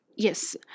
Yes